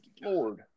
lord